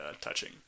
touching